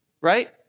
right